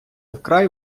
вкрай